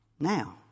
Now